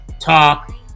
talk